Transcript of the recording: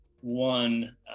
one